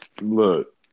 Look